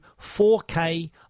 4K